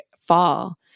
fall